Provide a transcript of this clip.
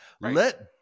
Let